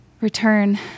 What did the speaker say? Return